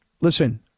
listen